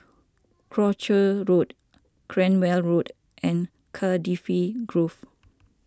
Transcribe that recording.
Croucher Road Cranwell Road and Cardifi Grove